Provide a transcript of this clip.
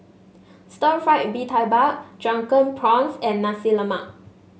Stir Fried Mee Tai Mak Drunken Prawns and Nasi Lemak